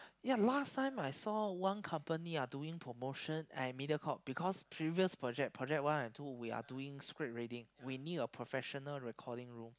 ya last time I saw one company ah doing promotion at MediaCorp because previous project project one and two we are doing script reading we need a professional recording room